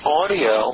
audio